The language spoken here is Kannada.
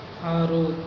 ಆರು